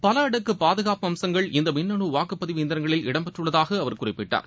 பல அடுக்கு பாதுகாப்பு அம்சங்கள் இந்த மின்னனு வாக்குப்பதிவு இயந்திரங்களில் இடம்பெற்றுள்ளதாக அவர் குறிப்பிட்டார்